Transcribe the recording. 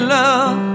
love